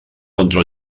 contra